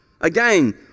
again